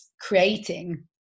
creating